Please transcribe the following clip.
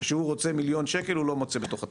שכשהוא רוצה מיליון שקל הוא לא מוצא בתוך התקציב.